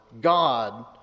God